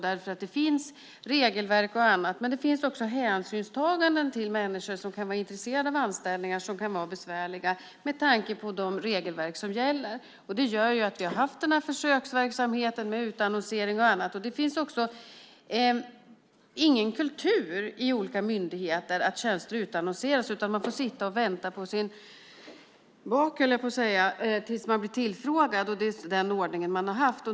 Det finns regelverk och annat och också hänsynstaganden till människor som kan vara intresserade av anställningar som kan vara besvärliga med tanke på de regelverk som gäller. Det gör att vi har haft den här försöksverksamheten med utannonsering. Det finns ingen kultur hos olika myndigheter att tjänster utannonseras, utan man får sitta och vänta på sin bak, höll jag på att säga, tills man blir tillfrågad. Det är den ordning man har haft.